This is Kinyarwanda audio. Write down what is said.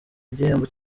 igihembo